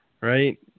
Right